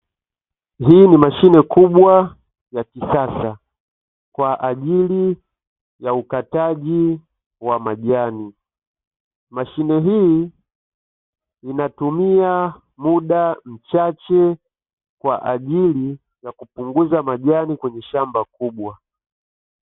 Hii ni mashine kubwa ya kisasa kwa ajili ya ukataji wa majani. Mashine hii hutumia muda mchache kupunguza majani kwenye shamba kubwa.